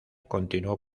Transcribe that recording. continuó